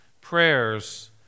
prayers